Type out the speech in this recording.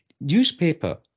newspaper